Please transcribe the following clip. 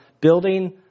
building